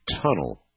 tunnel